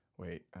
Wait